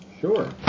sure